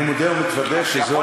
אני מודה ומתוודה שזו,